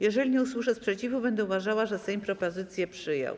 Jeżeli nie usłyszę sprzeciwu, będą uważała, że Sejm propozycję przyjął.